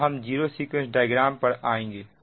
अब हम zero sequence diagram पर आएंगे